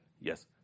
Yes